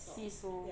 稀疏